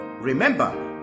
Remember